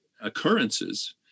occurrences